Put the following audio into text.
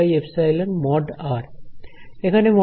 এখানে মডিউলাস আর